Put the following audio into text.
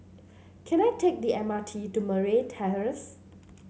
can I take the M R T to Murray Terrace